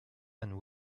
and